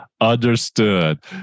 understood